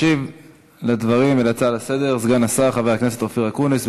ישיב על הדברים ועל ההצעות לסדר-היום סגן השר חבר הכנסת אופיר אקוניס.